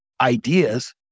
ideas